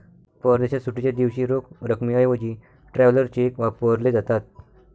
परदेशात सुट्टीच्या दिवशी रोख रकमेऐवजी ट्रॅव्हलर चेक वापरले जातात